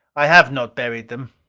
i have not buried them.